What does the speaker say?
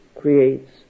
creates